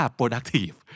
productive